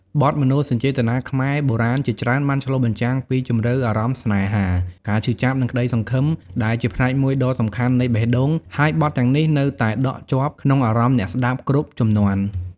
បទមនោសញ្ចេតនាខ្មែរបុរាណជាច្រើនបានឆ្លុះបញ្ចាំងពីជម្រៅអារម្មណ៍ស្នេហា ការឈឺចាប់ និងក្តីសង្ឃឹម ដែលជាផ្នែកមួយដ៏សំខាន់នៃបេះដូង ហើយបទទាំងនេះនៅតែដក់ជាប់ក្នុងអារម្មណ៍អ្នកស្តាប់គ្រប់ជំនាន់។